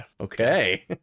okay